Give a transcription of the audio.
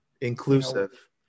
inclusive